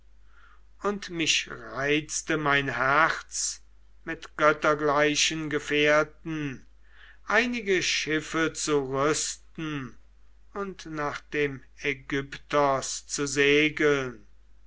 und mich reizte mein herz mit göttergleichen gefährten einige schiffe zu rüsten und nach dem aigyptos zu segeln